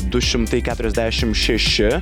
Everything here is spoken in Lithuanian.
du šimtai keturiasdešimt šeši